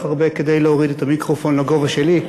הרבה כדי להוריד את המיקרופון לגובה שלי.